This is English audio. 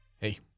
Hey